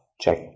Check